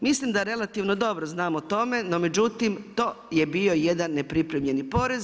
Mislim da relativno dobro znam o tome, no međutim, to je bio jedan nepripremljeni porez.